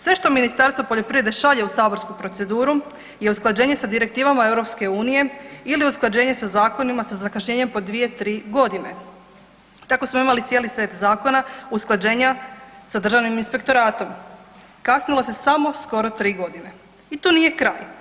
Sve što Ministarstvo poljoprivrede šalje u saborsku proceduru je usklađenje sa direktivama EU ili usklađenje sa zakonima sa zakašnjenjem po 2-3.g., tako smo imali cijeli set zakona usklađenja sa državnim inspektoratom, kasnilo se samo skoro 3.g. i tu nije kraj.